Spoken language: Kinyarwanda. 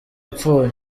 apfuye